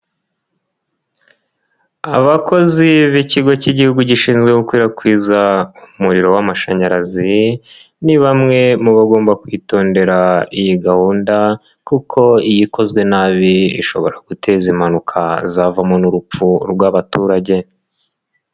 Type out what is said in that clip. Abakozi b'ikigo cy'igihugu gishinzwe gukwirakwiza umuriro w'amashanyarazi, ni bamwe mu bagomba kwitondera iyi gahunda kuko iyo ikozwe nabi, ishobora guteza impanuka, zavamo n'urupfu rw'abaturage.